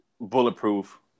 bulletproof